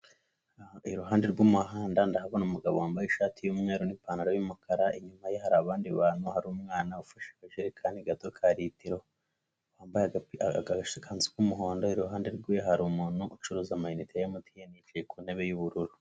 Iruhande rw'umuhanda ndahabona umugabo wambaye ishati y'umweru n'ipantaro y'umukara, inyuma ye hari abandi bantu, hari umwana ufashe akajerekani gato ka litiro wambaye agakanzu k'umuhondo, iruhande rwe hari umuntu ucuruza amayinite ya MTN yicaye ku ntebe y'ubururu.